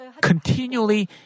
continually